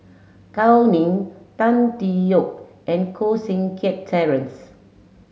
Gao Ning Tan Tee Yoke and Koh Seng Kiat Terence